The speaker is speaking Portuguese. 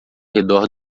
redor